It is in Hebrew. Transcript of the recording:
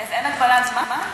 אז אין הגבלת זמן?